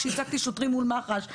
כשייצגתי שוטרים מול מח"ש.